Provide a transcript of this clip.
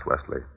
Wesley